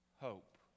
hope